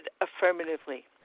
affirmatively